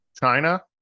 china